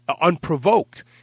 unprovoked